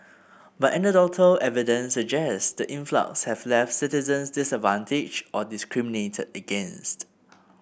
but anecdotal evidence suggests the influx have left citizens disadvantaged or discriminated against